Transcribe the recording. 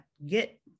get